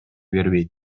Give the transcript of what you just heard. бербейт